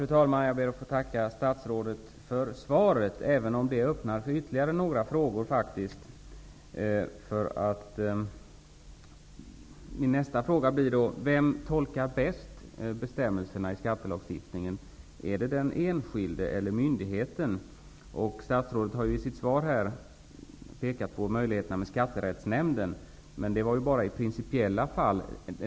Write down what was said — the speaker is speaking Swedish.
Fru talman! Jag ber att få tacka statsrådet för svaret, även om det väcker ytterligare några frågor. Min nästa fråga gäller vem som bäst tolkar bestämmelserna i skattelagstiftningen. Är det den enskilde eller myndigheten? Statsrådet har i sitt svar pekat på möjligheten att få ärendet prövat i Skatterättsnämnden, men det gäller ju bara i principiella fall.